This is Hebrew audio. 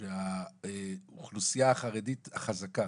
שהאוכלוסייה החרדית החזקה,